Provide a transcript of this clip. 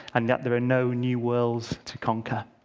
and that there are no new worlds to conquer.